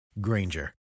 Granger